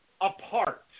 apart